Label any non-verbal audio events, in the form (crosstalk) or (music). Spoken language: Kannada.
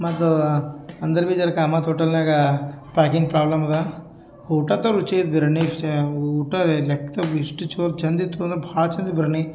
ಮತ್ತು (unintelligible) ಅಂದರು ಬೀ ಜರ ಕಾಮತ್ ಹೋಟೆಲ್ನಾಗ ಪ್ಯಾಕಿಂಗ್ ಪ್ರಾಬ್ಲಮ್ ಅದ ಊಟದ ರುಚಿ ಗಿರ್ಣಿ ವಿಷಯವು ಊಟ ಲೆಕ್ದವು ಇಷ್ಟು ಚೊರ್ ಛಂದಿತ್ತು ಅಂದರೆ ಭಾಳ ಚಂದಿತ್ತು ಬಿರ್ಯಾನಿ